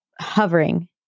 hovering